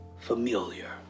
familiar